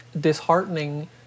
disheartening